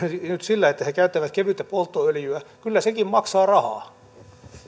nyt sillä että he käyttävät kevyttä polttoöljyä kyllä sekin maksaa rahaa